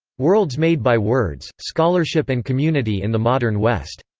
worlds made by words scholarship and community in the modern west.